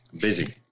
Busy